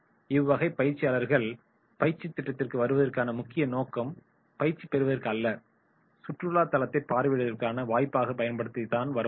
இவ்வகை பங்கேற்பாளர்கள் பயிற்சி திட்டத்திற்கு வருவதற்கான முக்கிய நோக்கம் பயிற்சி பெறுவதற்கு அல்ல சுற்றுலா தளத்தைப் பார்வையிடுவதற்கான வாய்ப்பாக பயன்படுத்ததான் வருவார்கள்